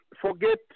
forget